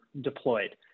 deployed